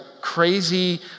crazy